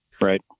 Right